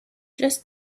just